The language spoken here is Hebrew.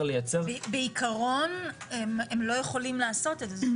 לייצר --- בעיקרון הם לא יכולים לעשות את זה.